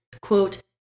quote